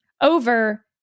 over